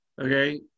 Okay